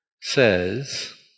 says